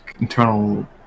internal